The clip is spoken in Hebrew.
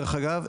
דרך אגב,